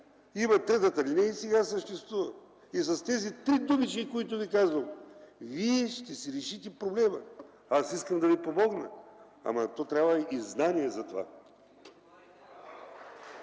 Има ал. 3 и сега съществува. С тези три думички, които ви казвам, вие ще си решите проблема. Аз искам да ви помогна, ама за това трябват и знания.